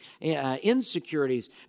insecurities